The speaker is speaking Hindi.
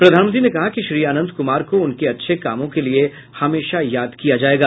प्रधानमंत्री ने कहा कि श्री अनंत कुमार को उनके अच्छे कामों के लिए हमेशा याद किया जाएगा